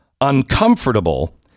uncomfortable